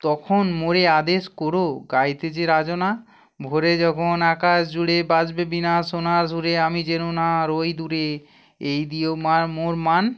তখন মোরে আদেশ কোরো গাইতে হে রাজন ভোরে যখন আকাশ জুড়ে বাজবে বীণা সোনার সুরে আমি যেন না রই দূরে এই দিয়ো মোর মান